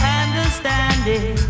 understanding